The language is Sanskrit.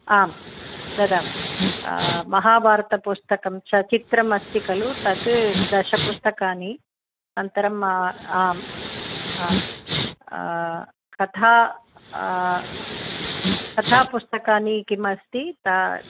आं ददामि महाभारतपुस्तकं सचित्रमस्ति खलु तद् दशपुस्तकानि अनन्तरं आम् आम् कथा कथा पुस्तकानि किमस्ति ता